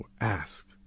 Ask